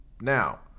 now